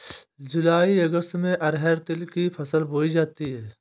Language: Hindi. जूलाई अगस्त में अरहर तिल की फसल बोई जाती हैं